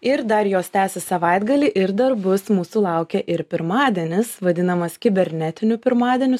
ir dar jos tęsis savaitgalį ir dar bus mūsų laukia ir pirmadienis vadinamas kibernetiniu pirmadieniu